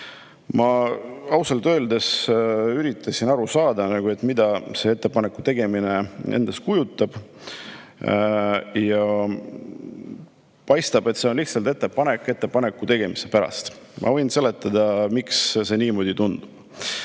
Ma ausalt öeldes üritasin aru saada, mida see ettepaneku tegemine endast kujutab. Paistab, et see on lihtsalt ettepanek ettepaneku tegemise pärast. Ma võin seletada, miks see niimoodi tundub.